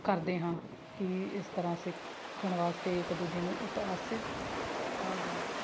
ਕਰਦੇ ਹਾਂ ਕਿ ਇਸ ਤਰ੍ਹਾਂ ਸਿੱਖਣ ਵਾਸਤੇ ਇੱਕ ਦੂਜੇ ਨੂੰ ਉਤਾਸਿਸ ਆ ਗਲਤੀ